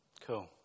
Cool